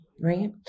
right